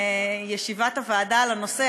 שבישיבת הוועדה על הנושא,